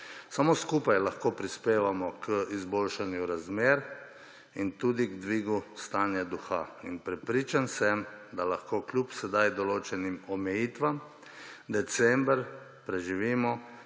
Samo skupaj lahko prispevamo k izboljšanju razmer in tudi k dvigu stanja duha. Prepričan sem, da lahko kljub sedaj določenim omejitvam december preživimo